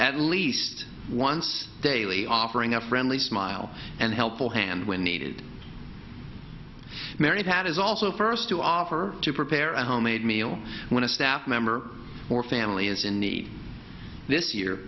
at least once daily offering a friendly smile and helpful hand when needed mary pat is also first to offer to prepare a homemade meal when a staff member or family is in need this year